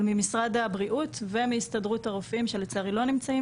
אבל ממשרד הבריאות ומהסתדרות הרופאים שלצערי לא נמצאים